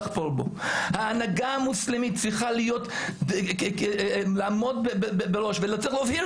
ההנהגה המוסלמית צריכה לעמוד בראש וצריך להבהיר